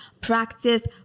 Practice